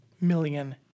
million